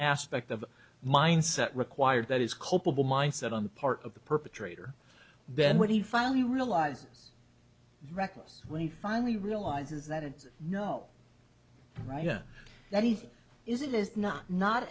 aspect of mindset required that is culpable mindset on the part of the perpetrator then when he finally realizes reckless when he finally realizes that it's no right then that he is it is not not